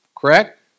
Correct